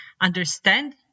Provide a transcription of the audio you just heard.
understand